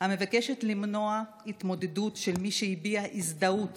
המבקשת למנוע ממי שהביע הזדהות